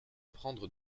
prendre